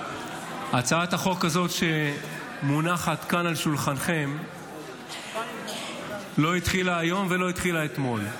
הצעת החוק הזאת שמונחת על שולחנכם לא התחילה היום ולא התחילה אתמול.